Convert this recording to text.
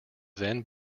then